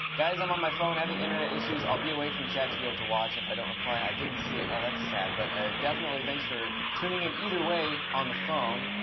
guys, i'm on my phone having internet issues. i'll be away from chat to be able to watch. if i don't reply, i didn't see it. oh, that's sad. but ah definitely thanks for tuning in either way on the phone.